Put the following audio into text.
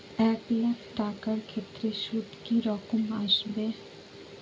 এক লাখ টাকার ক্ষেত্রে সুদ কি রকম আসবে?